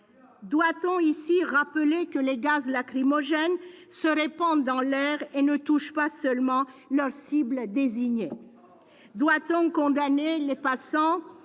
Doit-on rappeler ici que les gaz lacrymogènes se répandent dans l'air et ne touchent pas seulement leurs cibles désignées ? Doit-on condamner les passants